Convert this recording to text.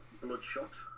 Bloodshot